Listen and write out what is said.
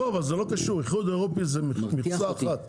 לא, אבל זה לא קשור, האיחוד האירופי זה מכסה אחת.